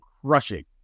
crushing